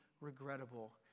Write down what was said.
regrettable